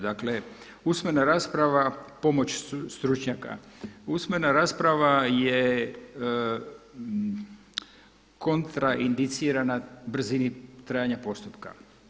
Dakle usmena rasprava pomoć stručnjaka, usmena rasprava je kontra indicirana brzini trajanja postupka.